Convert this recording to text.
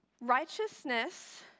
Righteousness